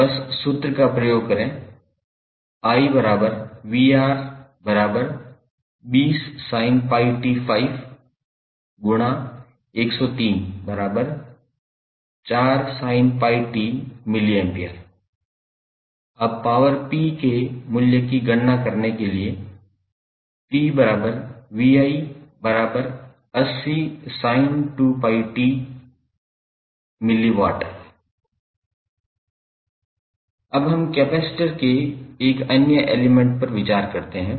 बस सूत्र का उपयोग करें 𝑖𝑣𝑅20sin𝜋𝑡5∗1034sin𝜋𝑡mA अब पावर p के मूल्य की गणना करने के लिए 𝑝𝑣𝑖80sin2𝜋𝑡 mW अब हम कपैसिटर के एक अन्य एलिमेंट पर विचार करते हैं